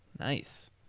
Nice